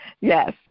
Yes